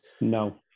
No